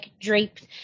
Draped